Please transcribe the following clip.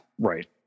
right